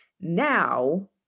Now